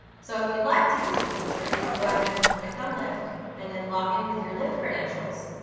so if you'd like to use that feature you can go ahead and select on lyft and then log in with your lyft credentials,